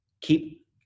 keep